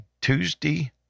Tuesday